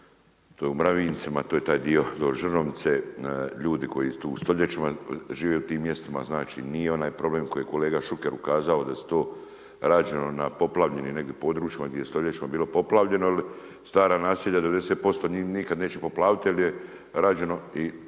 se ne razumije./… to je taj dio do Žrnovice, ljudi koji tu stoljećima žive u tim mjestima, znači nije onaj problem koji je kolega Šuker to kazao, da su to, rađeno na poplavljenim, negdje područjima, gdje je stoljećima bilo poplavljeno. Jer stara naselja, 90% njih nikada neće poplaviti, jer je rađeno i